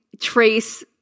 trace